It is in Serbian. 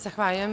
Zahvaljujem.